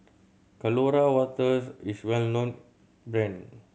Colora Waters is a well known brand